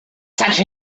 such